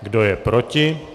Kdo je proti?